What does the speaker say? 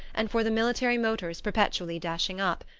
and for the military motors perpetually dashing up.